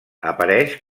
apareix